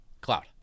Cloud